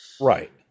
Right